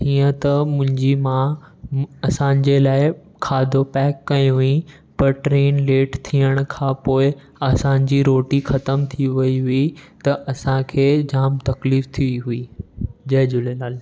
हीअं त मुंहिंजी मां असांजे लाइ खाधो पैक कयो वेई पर ट्रेन लेट थियण खां पोइ असांजी रोटी ख़तम थी वई हुई त असांखे जाम तकलीफ़ थी हुई जय झूलेलाल